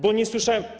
Bo nie słyszałem.